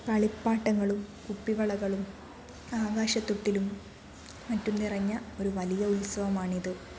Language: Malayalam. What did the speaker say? കളിപ്പാട്ടങ്ങളും കുപ്പിവളകളും ആകാശത്തൊട്ടിലും മറ്റും നിറഞ്ഞ ഒരു വലിയ ഉത്സവമാണിത്